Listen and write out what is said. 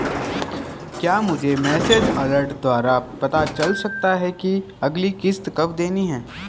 क्या मुझे message alert द्वारा पता चल सकता कि अगली किश्त कब देनी है?